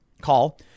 call